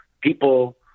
people